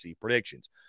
predictions